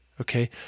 okay